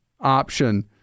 option